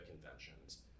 Conventions